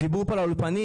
דיברו פה על האולפנים.